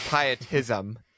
pietism